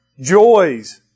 joys